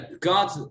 God